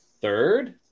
Third